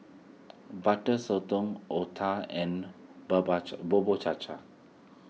Butter Sotong Otah and Bubur Cha Cha